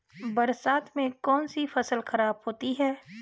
बरसात से कौन सी फसल खराब होती है?